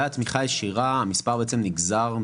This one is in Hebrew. הרשויות מדווחות מספרית,